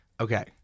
Okay